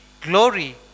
glory